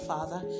Father